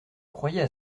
croyais